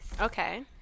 Okay